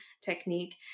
technique